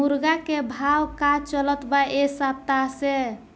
मुर्गा के भाव का चलत बा एक सप्ताह से?